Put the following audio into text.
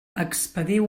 expediu